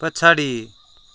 पछाडि